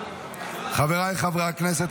חבריי חברי הכנסת,